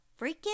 freaking